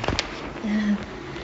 um